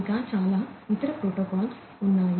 ఇంకా చాలా ఇతర ప్రోటోకాల్స్ ఉన్నాయి